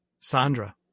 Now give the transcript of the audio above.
Sandra